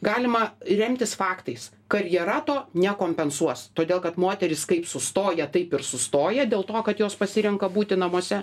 galima remtis faktais karjera to nekompensuos todėl kad moterys sustoja taip ir sustoja dėl to kad jos pasirenka būti namuose